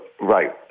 right